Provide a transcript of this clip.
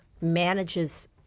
manages